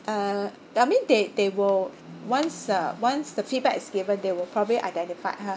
uh I mean they they will once uh once the feedback is given they will probably identify her